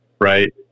right